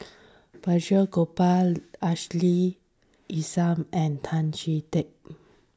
Balraj Gopal Ashley Isham and Tan Chee Teck